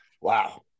Wow